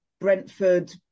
Brentford